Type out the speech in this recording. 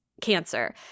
cancer